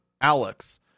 alex